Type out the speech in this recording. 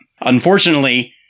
Unfortunately